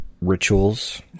rituals